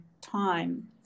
time